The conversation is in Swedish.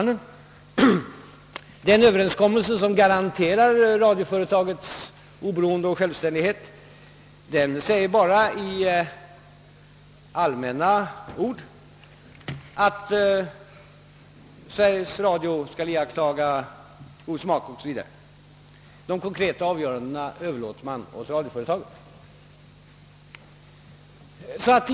Den överenskommelse som garanterar Sveriges Radios oberoende och självständighet säger bara i allmänna ordalag, att företaget skall iaktta god smak osv. De konkreta åtgärderna överlåtes åt Sveriges Radio.